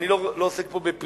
אני לא עוסק פה בפרסום,